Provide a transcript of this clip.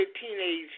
teenage